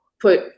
put